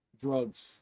drugs